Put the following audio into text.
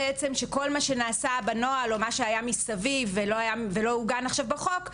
כל מה שנעשה בנוהל או מה שהיה מסביב ולא עוגן עכשיו בחוק,